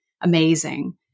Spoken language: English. amazing